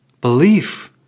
Belief